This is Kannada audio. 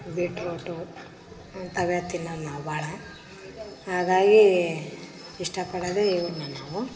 ಬಿಟ್ರೋಟು ಅಂಥವೇ ತಿನ್ನೋದು ನಾವು ಭಾಳ ಹಾಗಾಗಿ ಇಷ್ಟ ಪಡೋದೇ ಇವ್ನ ನಾವು